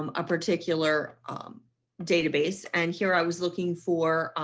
um a particular database. and here i was looking for.